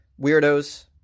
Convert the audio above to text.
weirdos